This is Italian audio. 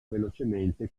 velocemente